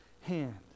hand